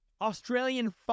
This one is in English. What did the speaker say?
Australian